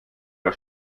war